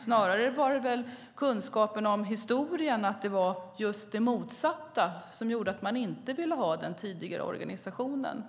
Snarare var det väl kunskapen om historien, att det var just det motsatta, som gjorde att man inte ville ha den tidigare organisationen.